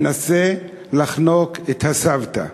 מנסה לחנוק את הסבתא.